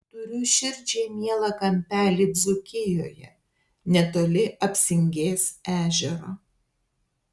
turiu širdžiai mielą kampelį dzūkijoje netoli apsingės ežero